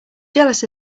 jealous